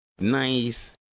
nice